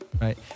right